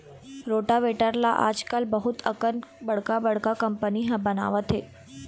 rotavator ल आजकाल बहुत अकन बड़का बड़का कंपनी ह बनावत हे